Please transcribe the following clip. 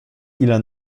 ile